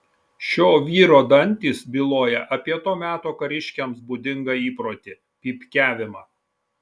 šio vyro dantys byloja apie to meto kariškiams būdingą įprotį pypkiavimą